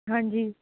ਹਾਂਜੀ